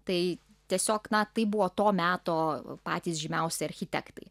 tai tiesiog na tai buvo to meto patys žymiausi architektai